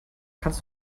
kannst